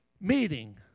meeting